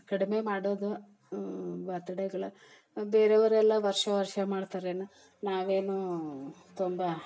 ಕಡಿಮೆ ಮಾಡೋದು ಬರ್ತಡೇಗಳು ಬೇರೆವ್ರೆಲ್ಲ ವರ್ಷ ವರ್ಷ ಮಾಡ್ತಾರೇನು ನಾವೇನು ತುಂಬ